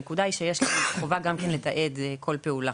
הנקודה שיש להם חובה גם כן לתעד כל פעולה,